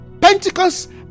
Pentecost